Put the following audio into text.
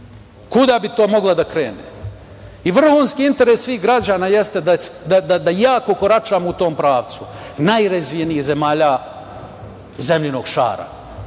Kuda bi to moglo da krene? Vrhunski interes svih građana jeste da jako koračamo u tom pravcu, najrazvijenijih zemalja zemljinog šara,